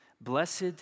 Blessed